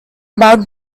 about